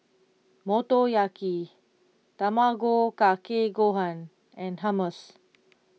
Motoyaki Tamago Kake Gohan and Hummus